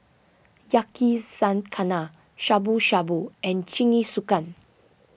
Yakizakana Shabu Shabu and Jingisukan